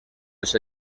els